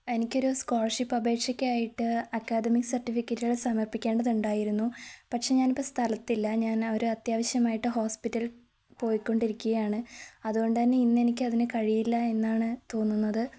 എനിക്കൊരു സ്കോളർഷിപ്പ് അപേക്ഷയ്ക്കായിട്ട് അക്കാദമിക് സർട്ടിഫിക്കറ്റുകൾ സമർപ്പിക്കേണ്ടതുണ്ടായിരുന്നു പക്ഷെ ഞാനിപ്പോള് സ്ഥലത്തില്ല ഞാനൊരു അത്യാവശ്യമായിട്ട് ഹോസ്പിറ്റൽ പോയ്ക്കൊണ്ടിരിക്കുകയാണ് അതുകൊണ്ടുതന്നെ ഇന്നെനിക്ക് അതിന് കഴിയില്ലെന്നാണ് തോന്നുന്നത്